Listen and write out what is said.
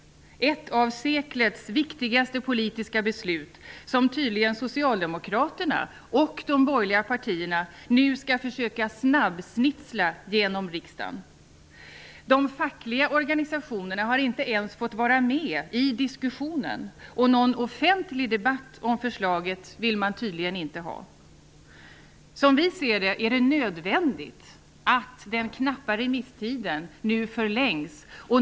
Det är ett av seklets viktigaste politiska beslut, som tydligen Socialdemokraterna och de borgerliga partierna nu skall försöka snabbsnitsla genom riksdagen. De fackliga organisationerna har inte ens fått vara med i diskussionen. Någon offentlig debatt om förslaget vill man tydligen inte ha. Som vi ser det är det nödvändigt att den knappa remisstiden förlängs.